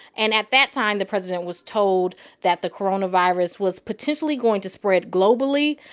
and at that time, the president was told that the coronavirus was potentially going to spread globally,